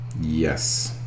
Yes